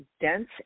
dense